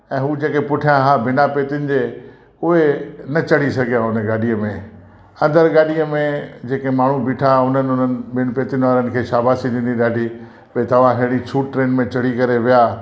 ऐं हू जेके पुठियां बिना पेतियुनि जे उहे न चढ़ी सघिया उन गाॾी में अंदरि गाॾी में जेके माण्हू बीठा हुआ हुननि हुननि बिनि पेतियुनि वारनि खे शाबासी ॾिनी ॾाढी भई तव्हां हेॾी छूट ट्रेन में चढ़ी करे विया